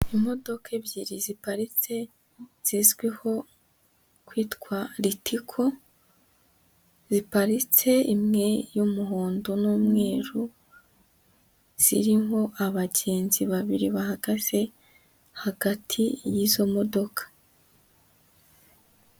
Imodoka ebyiri ziparitse, zizwiho kwitwa ritiko, ziparitse imwe y'umuhondo n'umweru, zirimo abagenzi babiri bahagaze, hagati y'izo modoka.